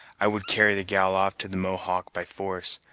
i would carry the gal off to the mohawk by force,